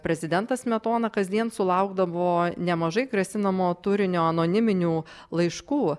prezidentas smetona kasdien sulaukdavo nemažai grasinamo turinio anoniminių laiškų